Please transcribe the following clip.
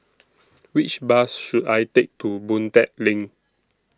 Which Bus should I Take to Boon Tat LINK